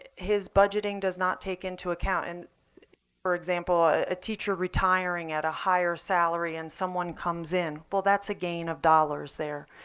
his budgeting does not take into account and for example, ah a teacher retiring at a higher salary and someone comes in. well, that's a gain of dollars there.